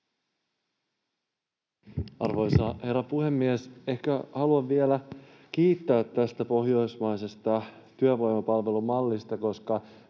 Arvoisa herra puhemies! Haluan vielä kiittää tästä pohjoismaisesta työvoimapalvelumallista,